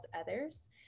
others